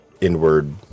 inward